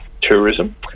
tourism